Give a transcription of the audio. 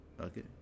okay